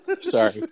Sorry